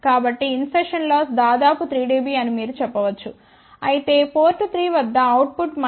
కాబట్టి insertion loss దాదాపు 3 dB అని మీరు చెప్పవచ్చు అయితే పోర్ట్ 3 వద్ద అవుట్ పుట్ 15